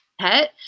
pet